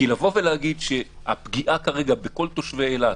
לבוא ולהגיד שהפגיעה כרגע בכל תושבי אילת,